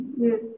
Yes